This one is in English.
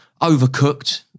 overcooked